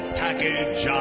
package